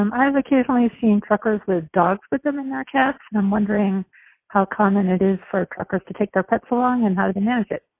i have occasionally seen truckers with dogs with them in their cabs. i'm wondering how common it is for truckers to take their pets along and how do they manage it.